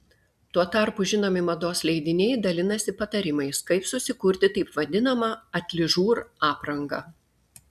tuo tarpu žinomi mados leidiniai dalinasi patarimais kaip susikurti taip vadinamą atližur aprangą